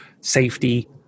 safety